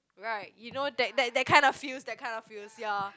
right you know that that that kind of feels that kind of feels ya